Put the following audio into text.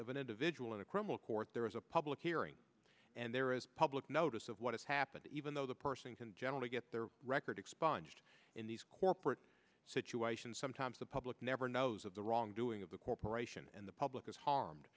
of an individual in a criminal court there is a public hearing and there is public notice of what has happened even though the person can generally get their record expunged in these corporate situations sometimes the public never knows of the wrongdoing of the corporation and the public is harmed